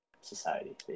society